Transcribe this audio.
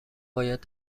باید